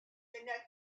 jeunesse